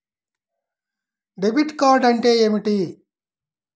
Debit card అంటే ఏమిటి?